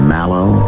Mallow